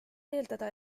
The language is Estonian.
eeldada